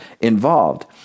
involved